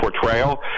portrayal